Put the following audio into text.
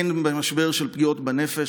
הן משבר של פגיעות בנפש,